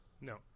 No